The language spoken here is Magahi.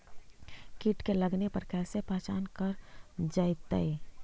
कीट के लगने पर कैसे पहचान कर जयतय?